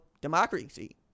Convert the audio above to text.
democracy